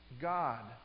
God